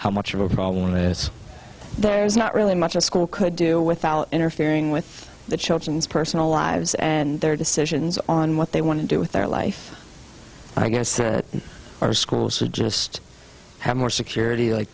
how much of a problem that is there's not really much a school could do without interfering with the children's personal lives and their decisions on what they want to do with their life i guess our schools should just have more security like